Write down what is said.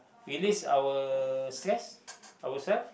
release our stress ourself